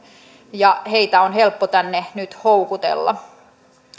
ja heitä on helppo tänne nyt houkutella